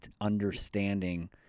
understanding